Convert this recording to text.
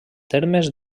termes